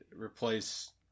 replace